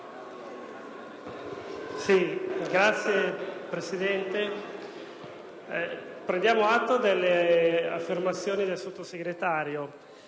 Signor Presidente, prendiamo atto delle affermazioni del Sottosegretario.